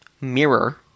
Mirror